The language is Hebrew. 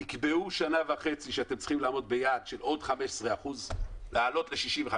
תקבעו שנה וחצי שאתם צריכים לעמוד ביעד של עוד 15% - לעלות ל-65%,